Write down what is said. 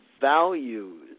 values